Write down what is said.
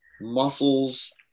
Muscles